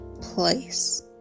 place